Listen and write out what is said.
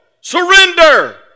surrender